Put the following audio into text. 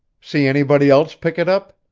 see anybody else pick it up?